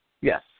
Yes